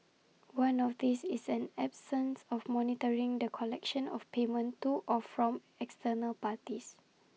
one of these is an absence of monitoring the collection of payment to or from external parties